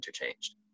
interchanged